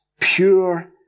pure